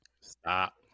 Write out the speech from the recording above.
Stop